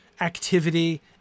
activity